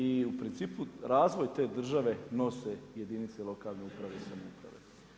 I u principu razvoj te države nose jedinice lokalne uprave i samouprave.